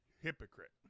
Hypocrite